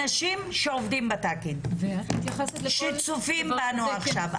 מאנשים שעובדים בתאגיד, שצופים בנו עכשיו.